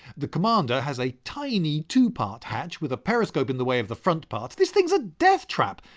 the commander has a tiny two part hatch with a periscope in the way of the front part. this thing's a death trap.